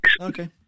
Okay